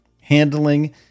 handling